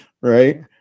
right